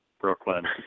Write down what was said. Brooklyn